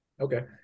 okay